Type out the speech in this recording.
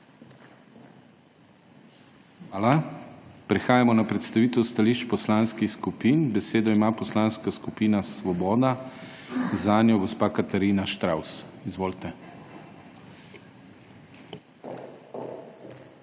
Hvala. Prehajamo na predstavitev stališč poslanskih skupin. Besedo ima Poslanska skupina Svoboda, zanjo gospa Katarina Štravs. KATARINA